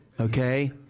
Okay